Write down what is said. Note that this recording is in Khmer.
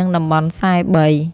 និង តំបន់៤៣ ។